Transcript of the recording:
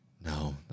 No